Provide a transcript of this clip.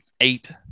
eight